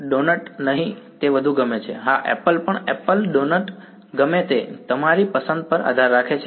donut નહીં તે વધુ ગમે છે હા એપલ પણ એપલ ડોનટ ગમે તે તમારી પસંદગી પર આધાર રાખે છે